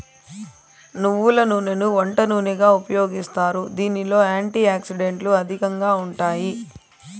నువ్వుల నూనెని వంట నూనెగా ఉపయోగిస్తారు, దీనిలో యాంటీ ఆక్సిడెంట్లు అధికంగా ఉంటాయి